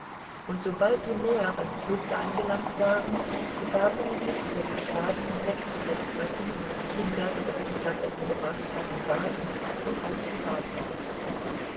und sobald die mäher beim flusse angelangt waren begaben sie sich über die schwaden hinweg zu ihren röcken wo die kinder die das mittagessen gebracht hatten saßen und auf sie warteten